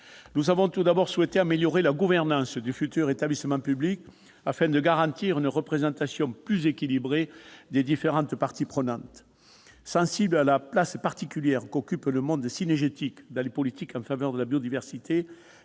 Nous avons tout d'abord souhaité améliorer la gouvernance du futur établissement public, afin de garantir une représentation plus équilibrée des différentes parties prenantes. Sensible à la place particulière qu'occupe le monde cynégétique dans les politiques en faveur de la biodiversité,